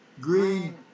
green